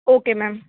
okay ma'am